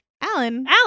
Alan